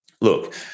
look